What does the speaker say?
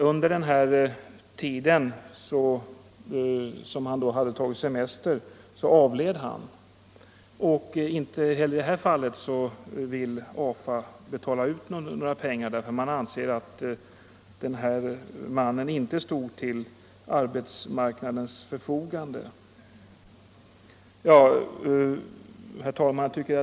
Under den tid som han då tog semester avled han, och inte heller i det fallet vill AFA betala ut några pengar, eftersom man anser att denne man inte stod till arbetsmarknadens förfogande.